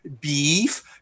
beef